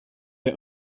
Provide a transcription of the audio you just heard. der